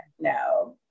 No